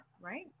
Right